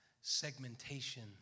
segmentation